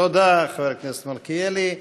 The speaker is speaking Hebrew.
תודה לחבר הכנסת מלכיאלי.